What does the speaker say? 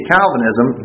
Calvinism